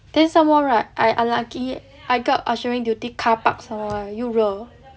then somemore right I unlucky I got ushering duty car park somemore eh 又热